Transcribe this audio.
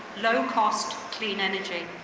low cost, clean energy.